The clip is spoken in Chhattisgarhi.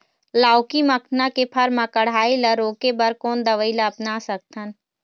लाउकी मखना के फर मा कढ़ाई ला रोके बर कोन दवई ला अपना सकथन?